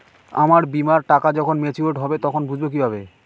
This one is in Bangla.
আমার বীমার টাকা যখন মেচিওড হবে তখন বুঝবো কিভাবে?